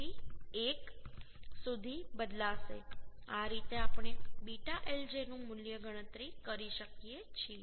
0 સુધી બદલાશે આ રીતે આપણે β lj નું મૂલ્ય ગણતરી કરી શકીએ છીએ